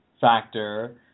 factor